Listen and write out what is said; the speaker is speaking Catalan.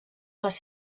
les